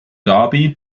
darby